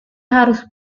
harus